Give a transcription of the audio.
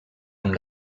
amb